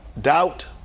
Doubt